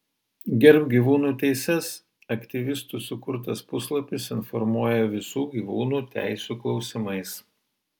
gerbk gyvūnų teises aktyvistų sukurtas puslapis informuoja visų gyvūnų teisių klausimais